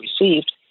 received